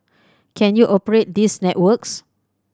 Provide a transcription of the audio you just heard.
can you operate these networks